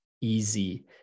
easy